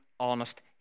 honest